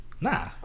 Nah